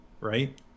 right